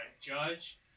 judge